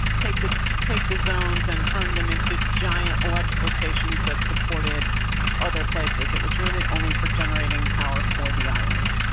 take the take the zones and turn them into giant electrical stations that supported other places. it was really only for generating power for the island.